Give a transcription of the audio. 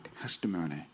testimony